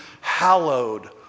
hallowed